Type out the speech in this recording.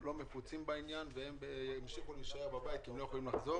לא יפוצו והם ימשיכו להישאר בבית כי הם לא יכולים לחזור,